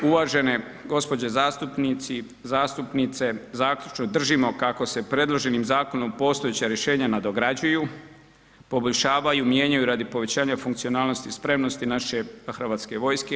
Uvažene gospodo zastupnici, zastupnice zaključno držimo kako se predloženim zakonom postojeća rješenja nagrađuju, poboljšavaju i mijenjaju radi povećanja funkcionalnosti spremnosti naše Hrvatske vojske.